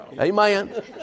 amen